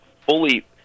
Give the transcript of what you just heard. fully